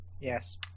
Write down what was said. Yes